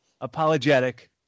apologetic